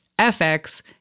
FX